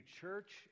church